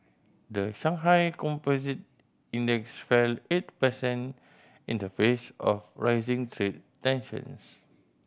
the Shanghai Composite Index fell eight percent in the face of rising trade tensions